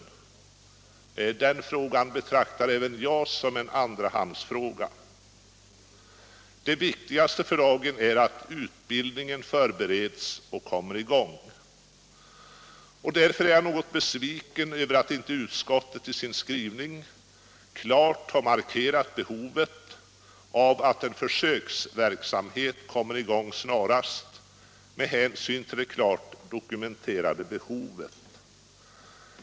Den frågan betraktar även jag som en andrahandsfråga. Det viktigaste för dagen är att utbildningen förbereds och kommer i gång. Därför är jag något besviken över att inte utskottet i sin skrivning klart markerat behovet av att en försöksverksamhet snarast kommer i gång, med hänsyn till det klart dokumenterade behovet.